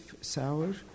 sour